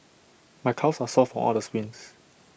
my calves are sore from all the sprints